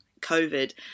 covid